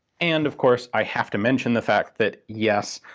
and of course, i have to mention the fact that, yes,